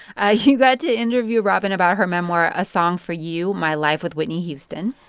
ah you got to interview robyn about her memoir a song for you my life with whitney houston.